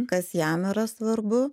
kas jam yra svarbu